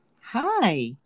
Hi